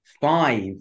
five